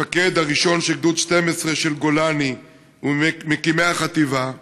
המפקד הראשון של גדוד 12 של גולני וממקימי החטיבה,